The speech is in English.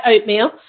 oatmeal